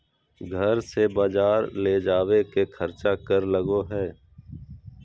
घर से बजार ले जावे के खर्चा कर लगो है?